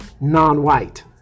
non-white